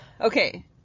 Okay